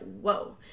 whoa